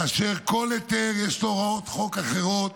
לכל היתר יש הוראות חוק אחרות,